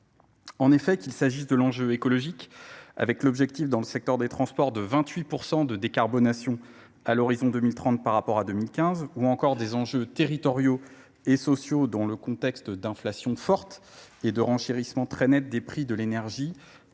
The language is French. en effet qu'il s'agisse de l'enjeu écologique avec l'objectif dans le secteur des transports de vingt huit de décarbonation à l'horizon deux mille trente par rapport à deux mille quinze ou encore des enjeux territoriaux et sociaux dans le contexte d'inflation forte et de renchérissement très net des prix de l'énergie